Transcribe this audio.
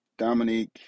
Dominique